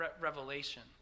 Revelation